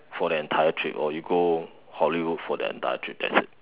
for the entire trip or you go Hollywood for the entire trip that's it